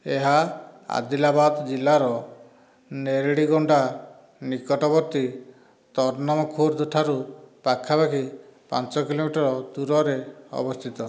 ଏହା ଆଦିଲାବାଦ ଜିଲ୍ଲାର ନେରାଡିଗୋଣ୍ଡା ନିକଟବର୍ତ୍ତୀ ତର୍ନମ ଖୁର୍ଦ ଠାରୁ ପାଖାପାଖି ପାଞ୍ଚ କିଲୋମିଟର ଦୂରରେ ଅବସ୍ଥିତ